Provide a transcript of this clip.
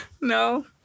No